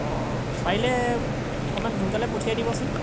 অঁ পাৰিলে অকণমান সোনকালে পঠিয়াই দিবচোন